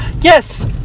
yes